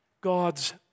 God's